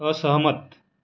असहमत